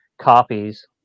copies